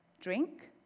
drink